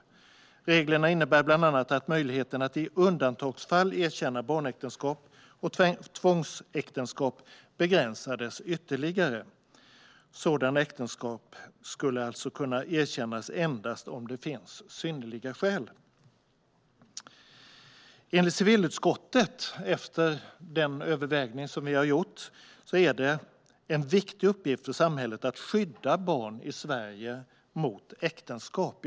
Reglerna innebar bland annat att möjligheten att i undantagsfall erkänna barnäktenskap och tvångsäktenskap begränsades ytterligare. Sådana äktenskap skulle alltså kunna erkännas endast om det finns synnerliga skäl. Enligt civilutskottet, efter den övervägning som vi har gjort, är det en viktig uppgift för samhället att skydda barn i Sverige mot äktenskap.